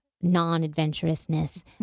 non-adventurousness